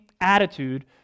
attitude